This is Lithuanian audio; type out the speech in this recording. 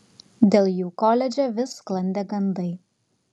dėl jų koledže vis sklandė gandai